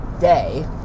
day